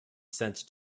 sense